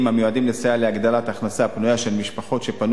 המיועדים לסיוע להגדלת ההכנסה הפנויה של משפחות שפנו